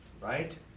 right